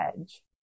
edge